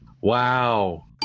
Wow